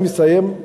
אני מסיים,